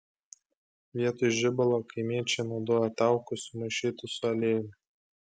vietoj žibalo kaimiečiai naudojo taukus sumaišytus su aliejumi